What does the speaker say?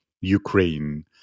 Ukraine